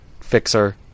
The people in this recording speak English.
fixer